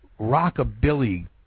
rockabilly